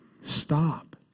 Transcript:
Stop